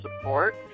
support